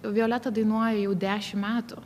violeta dainuoja jau dešim metų